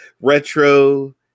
retro